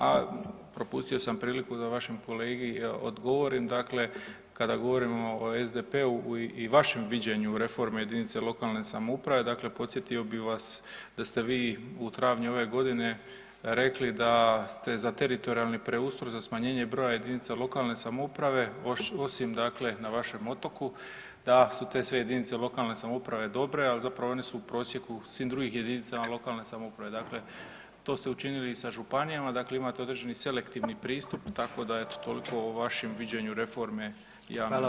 A propustio sam priliku da vašem kolegi odgovorim, dakle kada govorimo o SDP-u i vašem viđenju reforme jedinice lokalne samouprave podsjetio bih vas da ste vi u travnju ove godine rekli da ste za teritorijalni preustroj, za smanjenje broja jedinica lokalne samouprave osim na vašem otoku, da su sve te jedinice lokalne samouprave dobre, a zapravo one su u prosjeku svih drugih jedinica lokalne samouprave, dakle to ste učinili i sa županijama imate određeni selektivni pristup, tako da eto toliko o vašem viđenju reforme javne uprave.